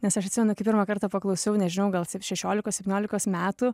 nes aš atsimenu kai pirmą kartą paklausiau nežinau gal sep šešiolikos septyniolikos metų